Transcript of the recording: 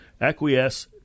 acquiesce